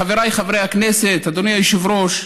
חבריי חברי הכנסת, אדוני היושב-ראש,